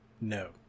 No